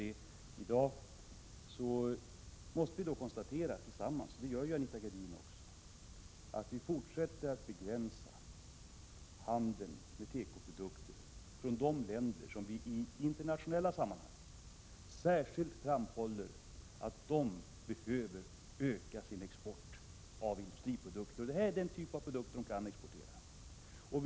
Men tillsammans måste vi konstatera, som Anita Gradin gör, att Sverige fortsätter att begränsa handeln med tekoprodukter från de länder som vi i internationella sammanhang särskilt framhåller behöver öka sin export av industriprodukter. Och det är den typ av produkter de kan exportera.